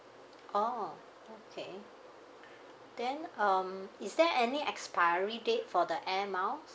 oh okay then um is there any expiry date for the air miles